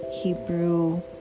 Hebrew